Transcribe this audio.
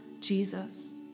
Jesus